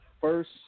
first